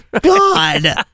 God